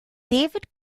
david